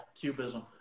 Cubism